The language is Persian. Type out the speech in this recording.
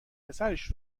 پسرش